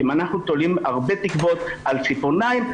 אם אנחנו תולים הרבה תקוות על ציפורניים,